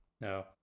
No